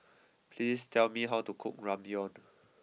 please tell me how to cook Ramyeon